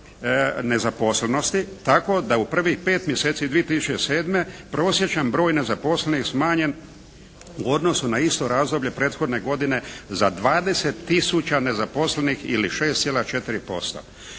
nezaposlenosti, tako da u prvih pet mjeseci 2007. prosječan broj nezaposlenih smanjen u odnosu na isto razdoblje prethodne godine za 20 tisuća nezaposlenih ili 6,4%.